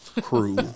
Crew